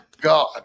God